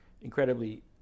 incredibly